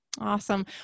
Awesome